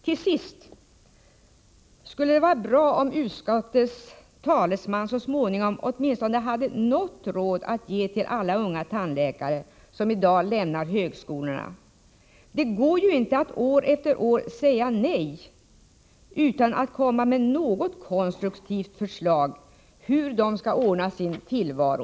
Till sist skulle det vara bra om utskottets talesman, så småningom åtminstone, hade något råd att ge till alla unga tandläkare som i dagarna lämnar högskolorna. Det går ju inte att år efter år säga nej, utan att komma med något konstruktivt förslag till hur de skall ordna sin tillvaro.